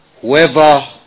Whoever